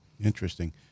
Interesting